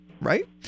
right